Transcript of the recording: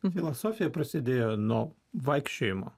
filosofija prasidėjo nuo vaikščiojimo